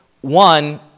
one